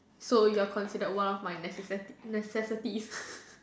so you are considered one of my necessi~ necessities